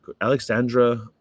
Alexandra